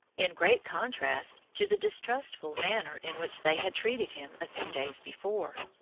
in great contrast to the distrustful manner in which they had treated him a few days before.